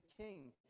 king